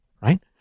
right